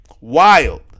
Wild